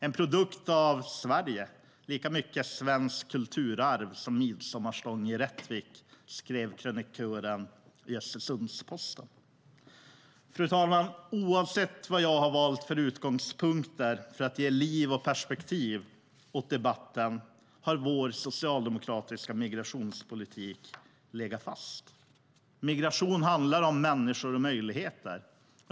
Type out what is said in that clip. En produkt av Sverige, lika mycket svenskt kulturarv som en midsommarstång i Rättvik, skrev krönikören i Östersunds-Posten. Fru talman! Oavsett vad jag har valt för utgångspunkter för att ge liv och perspektiv åt debatten har vår socialdemokratiska migrationspolitik legat fast. Migration handlar om människor och möjligheter.